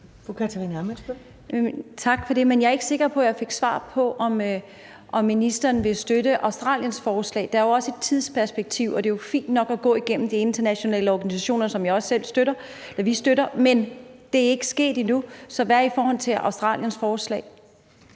Tak for det, men jeg er ikke sikker på, at jeg fik svar på, om ministeren vil støtte Australiens forslag. Der er jo også et tidsperspektiv, og det er jo fint nok at gå gennem de internationale organisationer, som vi også selv støtter, men det er ikke sket endnu. Så hvad i forhold til Australiens forslag?